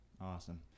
awesome